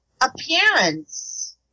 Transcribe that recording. appearance